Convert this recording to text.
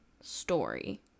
story